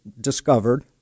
discovered